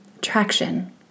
Traction